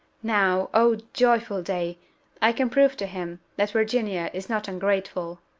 now oh, joyful day i can prove to him that virginia is not ungrateful!